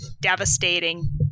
devastating